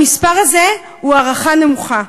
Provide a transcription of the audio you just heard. המספר הזה הוא הערכה נמוכה.